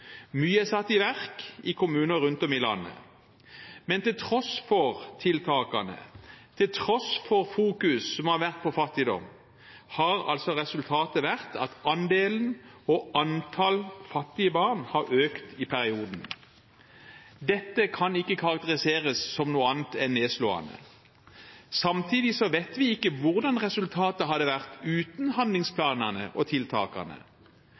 Mye er satt i verk i kommuner rundt om i landet. Men til tross for tiltakene, til tross for fokus som har vært på fattigdom, har altså resultatet vært at andelen og antall fattige barn har økt i perioden. Dette kan ikke karakteriseres som noe annet enn nedslående. Samtidig vet vi ikke hvordan resultatet hadde vært uten handlingsplanene og tiltakene.